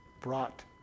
brought